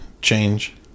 change